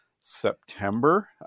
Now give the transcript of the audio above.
September